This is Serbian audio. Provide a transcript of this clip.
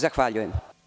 Zahvaljujem.